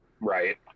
Right